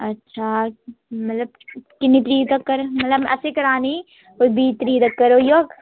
अच्छा मतलब किन्नी तरीक तगर असें करानी कोई बीह् तरीक तगर होई जाह्ग